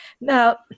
Now